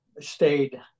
stayed